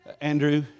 Andrew